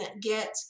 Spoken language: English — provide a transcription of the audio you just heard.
get